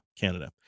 Canada